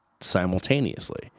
simultaneously